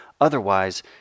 otherwise